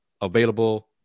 available